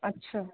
अछा